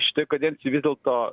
šitoj kadencijoj vis dėlto